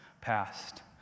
past